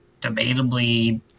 debatably